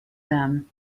them